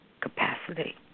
capacity